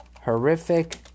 horrific